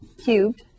cubed